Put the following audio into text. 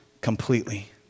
completely